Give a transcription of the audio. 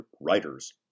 WRITERS